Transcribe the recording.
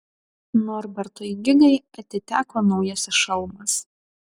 norbertui gigai atiteko naujasis šalmas